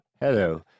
Hello